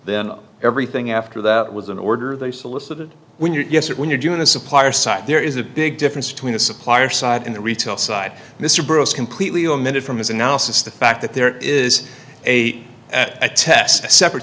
then everything after that was an order they solicited when you're when you're doing a supplier site there is a big difference between a supplier side and the retail side mr burroughs completely omitted from his analysis the fact that there is a at a test a separate